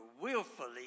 willfully